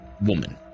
woman